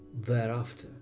thereafter